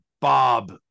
Bob